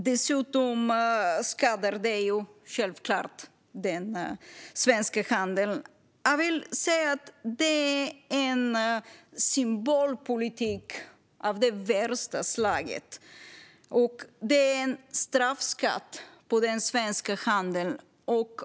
Dessutom skadar det självklart den svenska handeln. Jag vill säga att det här är symbolpolitik av det värsta slaget. Det här är en straffskatt på den svenska handeln.